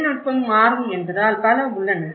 தொழில்நுட்பம் மாறும் என்பதால் பல உள்ளன